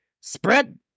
spread